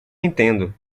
entendo